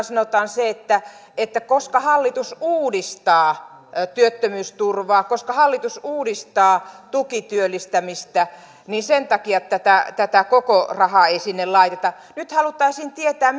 sanotaan se että että koska hallitus uudistaa työttömyysturvaa koska hallitus uudistaa tukityöllistämistä niin sen takia tätä tätä koko rahaa ei sinne laiteta nyt haluttaisiin tietää